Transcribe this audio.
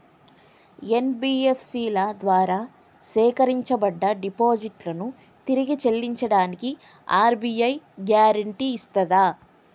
NBFC ల ద్వారా సేకరించబడ్డ డిపాజిట్లను తిరిగి చెల్లించడానికి ఆర్.బి.ఐ గ్యారెంటీ ఇస్తదా?